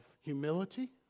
humility